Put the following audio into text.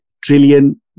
trillion